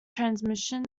transmission